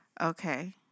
Okay